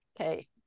Okay